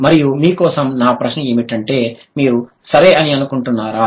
మరియు మీ కోసం నా ప్రశ్న ఏమిటంటే మీరు సరే అని అనుకుంటున్నారా